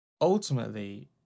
Ultimately